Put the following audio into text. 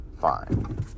fine